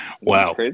Wow